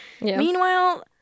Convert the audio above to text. Meanwhile